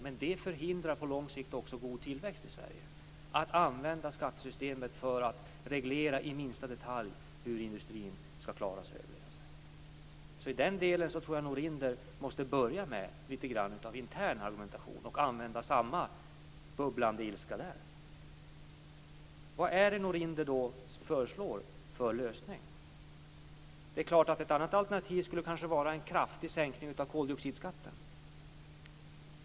Men det förhindrar på lång sikt också god tillväxt i Sverige att använda skattesystemet för att reglera i minsta detalj hur industrin skall klara att överleva i Sverige. I den delen tror jag att Norinder måste börja med litet grand av intern argumentation och använda samma bubblande ilska där. Vad är det då Norinder föreslår för lösning? Det är klart att ett annat alternativ kanske skulle vara en kraftig sänkning av koldioxidskatten.